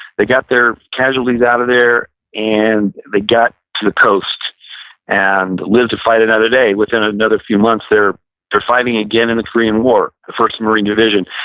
they got their casualties out of there and they got to the coast and lived to fight another day. within another few months they're they're fighting again in the korean war, the first marine division.